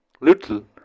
little